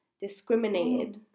discriminated